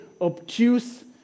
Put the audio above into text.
obtuse